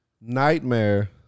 nightmare